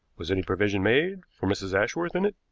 was any provision made for mrs. ashworth in it?